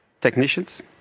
technicians